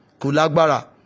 Kulagbara